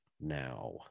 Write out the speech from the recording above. now